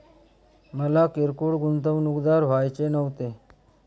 मला किरकोळ गुंतवणूकदार व्हायचे नव्हते